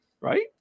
Right